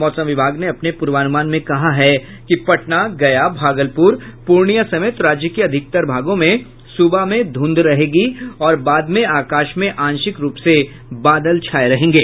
मौसम विभाग ने अपने पूर्वानुमान में कहा है कि पटना गया भागलपुर पूर्णिया समेत राज्य के अधिकतर भागों में सुबह में धूंध रहेंगी और बाद में आकाश में आंशिक रूप से बादल छाये रहेंगे